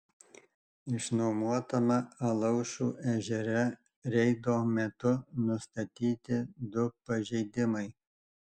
išnuomotame alaušų ežere reido metu nustatyti du pažeidimai